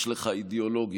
יש לך אידיאולוגיה,